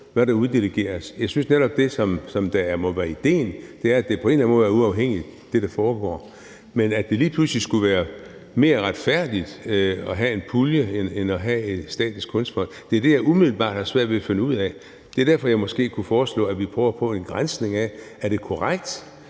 hvad der uddeles. Jeg synes netop, det, som må være idéen, er, at det, der foregår, på en eller anden måde er uafhængigt. Men at det lige pludselig skulle være mere retfærdigt at have en pulje end at have Statens Kunstfond, er det, jeg umiddelbart har svært ved at finde ud af. Det er derfor, jeg måske kunne foreslå, at vi prøver at få en granskning af, om det er korrekt,